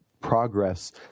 progress